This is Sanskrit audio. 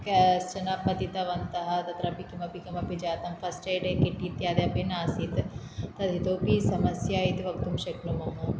कश्चन पतितवन्तः तत्रापि किमपि किमपि जातं फ़स्ट् एय्ड् किट् इत्यादयः अपि नासीत् तद् इतोऽपि समस्या इति वक्तुं शक्नुमः